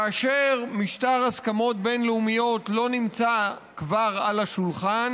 כאשר משטר הסכמות בין-לאומיות לא נמצא כבר על השולחן,